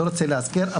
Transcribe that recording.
אני לא רוצה להזכיר,